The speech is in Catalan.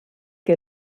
que